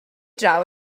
draw